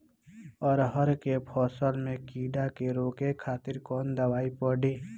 अरहर के फसल में कीड़ा के रोके खातिर कौन दवाई पड़ी?